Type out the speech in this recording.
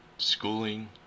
Schooling